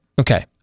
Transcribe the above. Okay